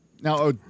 Now